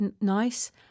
nice